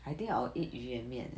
I think I'll eat 鱼圆面 leh